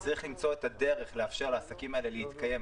צריך למצוא דרך לאפשר לעסקים האלה להתקיים,